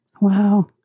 Wow